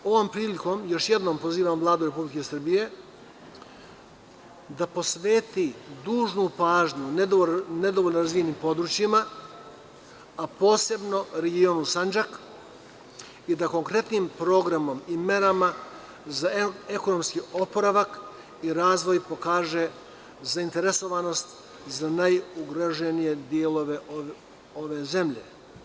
Ovom prilikom još jednom pozivam Vladu Republike Srbije da posveti dužnu pažnju nedovoljno razvijenim područjima, a posebno regionu Sandžak i da konkretnim programom i merama za ekonomski oporavak i razvoj pokaže zainteresovanost za najugroženije delove ove zemlje.